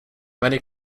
many